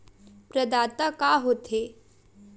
प्रदाता का हो थे?